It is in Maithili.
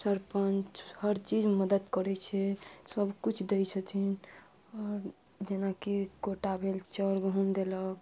सरपंच हर चीज मदद करै छै सबकिछु दै छथिन आओर जेनाकि कोटा भेल चाउर गहूॅंम देलक